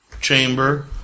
chamber